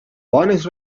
bones